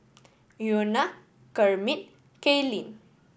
Iona Kermit Kaylene